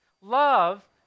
Love